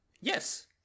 Yes